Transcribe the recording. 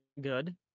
good